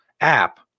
app